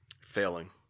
Failing